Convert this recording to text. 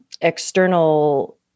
external